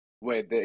wait